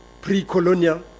pre-colonial